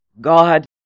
God